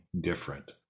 different